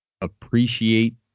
appreciate